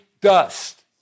dust